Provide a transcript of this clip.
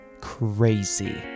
Crazy